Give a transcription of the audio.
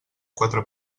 quatre